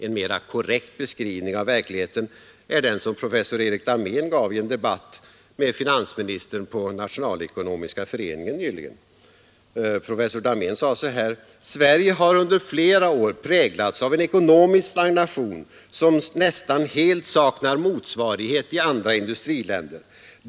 En mera korrekt beskrivning av verkligheten är den som professor Erik Dahmén gav i en debatt med finansministern i Nationalekonomiska föreningen nyligen. Professor Dahmén sade: ”Sverige har under flera år präglats av en ekonomisk stagnation, som nästan helt saknar motsvarighet i andra industriländer.